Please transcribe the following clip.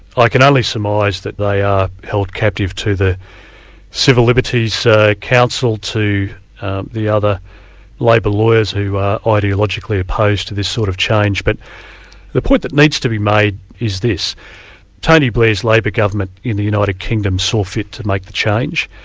i can only surmise that they are held captive to the civil liberties ah council to the other labor lawyers who are ideologically opposed to this sort of change. but the point that needs to be made is this tony blair's labour government in the united kingdom saw it to make the change,